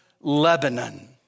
Lebanon